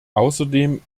außerdem